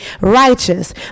righteous